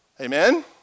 Amen